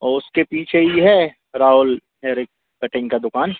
ओ उसके पीछे ही है राहुल हेयर कटिंग का दुकान